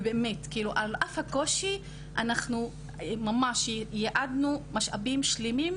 ובאמת, על אף הקושי, ממש ייעדנו משאבים שלמים,